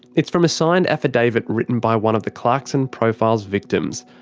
it's from a signed affidavit written by one of the clarkson profile's victims.